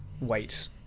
wait